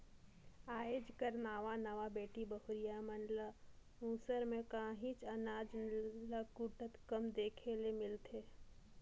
आएज कर नावा नावा बेटी बहुरिया मन ल मूसर में काहींच अनाज ल कूटत कम देखे ले मिलथे